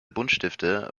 buntstifte